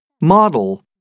Model